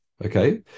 Okay